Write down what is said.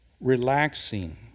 relaxing